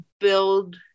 build